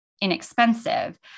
Inexpensive